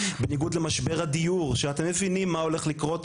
בניגוד למשבר הדיור שאתם מבינים מה הולך להיות,